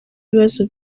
ibibazo